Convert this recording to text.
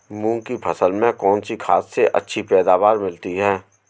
मूंग की फसल में कौनसी खाद से अच्छी पैदावार मिलती है?